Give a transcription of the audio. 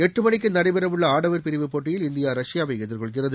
எட்டு மணிக்கு நடைபெறவுள்ள ஆடவர் பிரிவு போட்டியில் இந்தியா ரஷ்யாவை எதிர்கொள்கிறது